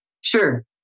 Sure